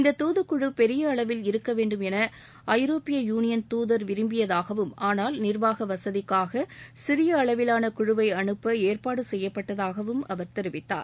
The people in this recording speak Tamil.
இந்த துதுக்குழு பெரிய அளவில் இருக்கவேண்டும் என ஐரோப்பிய யூனியள் துதர் விரும்பியதாகவும் ஆனால் நிர்வாக வசதிக்காக சிறிய அளவிலான குழுவை அனுப்ப ஏற்பாடு செய்யப்பட்டதாகவும் அவர் தெரிவித்தார்